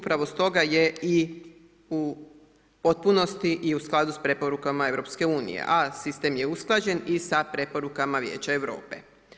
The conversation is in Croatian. Upravo stoga je i u potpunosti i u skladu s preporukama EU-a a sistem je usklađen i sa preporukama Vijeća Europe.